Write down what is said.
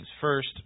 First